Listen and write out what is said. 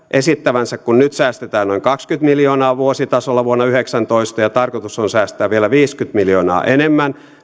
esittävänsä kun nyt säästetään noin kaksikymmentä miljoonaa vuositasolla vuonna yhdeksäntoista ja tarkoitus on säästää vielä viisikymmentä miljoonaa enemmän